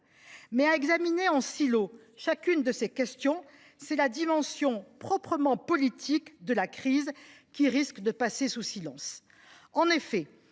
à examiner en silo chacune de ces questions, c’est la dimension proprement politique de la crise qui risque de passer sous silence.